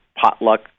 potluck